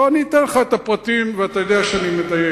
אני אתן לך את הפרטים, ואתה יודע שאני מדייק.